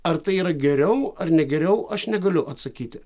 ar tai yra geriau ar ne geriau aš negaliu atsakyti